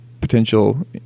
potential